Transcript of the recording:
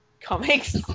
comics